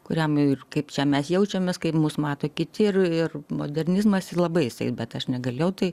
kuriam ir kaip čia mes jaučiamės kaip mus mato kiti ir ir modernizmas labai jisai bet aš negalėjau tai